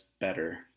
better